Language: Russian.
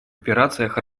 операциях